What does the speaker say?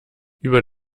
über